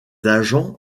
agents